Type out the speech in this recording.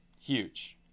huge